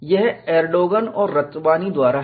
यह एरडोगन और रतवानी द्वारा है